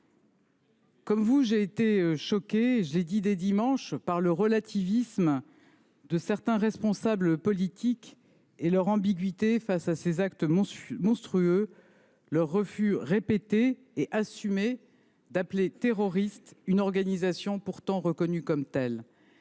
comme vous, j’ai été choquée – je l’ai dit dès dimanche dernier – par le relativisme de certains responsables politiques, par leur ambiguïté face à ces actes monstrueux, par leur refus répété et assumé d’appeler « terroriste » une organisation pourtant reconnue comme telle.